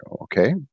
okay